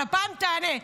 אבל הפעם תענה,